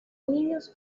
niños